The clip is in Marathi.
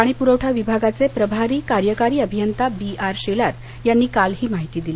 पाणी पुरवठा विभागाचे प्रभारी कार्यकारी अभियता बी आर शेलार यांनी काल ही माहिती दिली